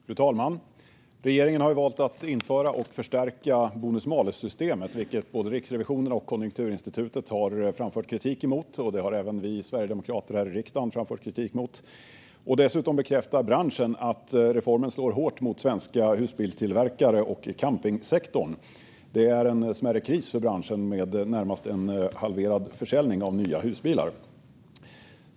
Fru talman! Regeringen har valt att införa och förstärka bonus-malus-systemet, vilket både Riksrevisionen och Konjunkturinstitutet har framfört kritik emot. Även vi sverigedemokrater här i riksdagen har framfört kritik mot det. Dessutom säger branschen att reformen slår hårt mot svenska husbilstillverkare och mot campingsektorn. Det är en smärre kris för branschen med närmast en halverad försäljning av nya husbilar.